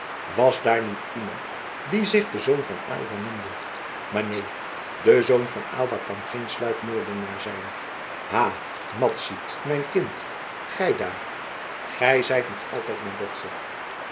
was daar niet iemand die zich den zoon van aylva noemde maar neen de zoon van aylva kan geen sluipmoordenaar zijn ha madzy mijn kind gij daar gij zijt toch altijd mijn dochter